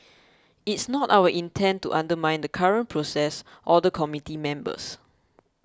it's not our intent to undermine the current process or the committee members